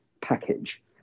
package